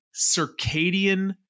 circadian